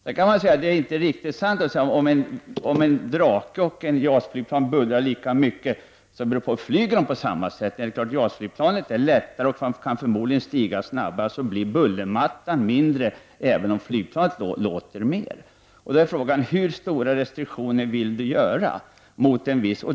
Men det är inte riktigt sant att säga att om ett Drakenplan och ett JAS-plan bullrar lika mycket så flyger de på samma sätt. JAS flygplanet är lättare och kan förmodligen stiga snabbare. Därmed blir bullermattan mindre även om flygplanet låter mer. Då är frågan hur stora restriktioner man vill vidta.